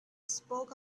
spoke